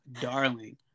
darling